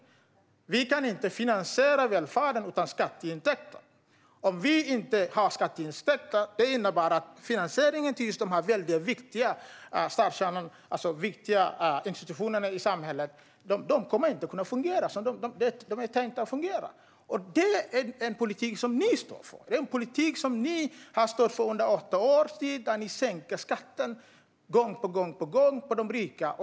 Vi kan inte finansiera välfärden utan skatteintäkter. Om vi inte har skatteintäkter kan vi inte finansiera denna viktiga kärna, och då kommer våra viktiga institutioner i samhället inte att fungera som det är tänkt. Det är en politik ni står för, Larry Söder. Det är en politik som ni stod för under åtta års tid, då ni gång på gång sänkte skatten för de rika.